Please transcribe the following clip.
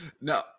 No